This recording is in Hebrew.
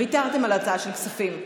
ויתרתם על ההצעה של כספים?